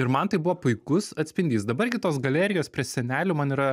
ir man tai buvo puikus atspindys dabar gi tos galerijos prie senelių man yra